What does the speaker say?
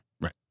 Right